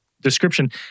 description